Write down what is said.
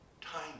time